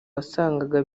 wasangaga